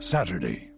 Saturday